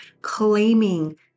claiming